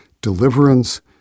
deliverance